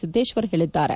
ಸಿದ್ದೇಶ್ವರ್ ಹೇಳಿದ್ದಾರೆ